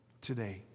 today